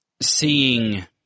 seeing